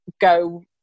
go